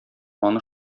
аны